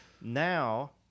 Now